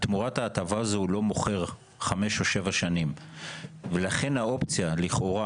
תמורת ההטבה הזו הוא לא מוכר חמש או שבע שנים ולכן האופציה לכאורה